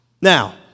Now